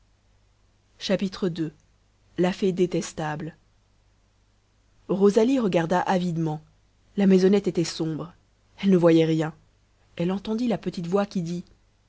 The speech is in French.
ii la fée détestable rosalie regarda avidement la maisonnette était sombre elle ne voyait rien elle entendit la petite voix qui dit